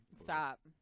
Stop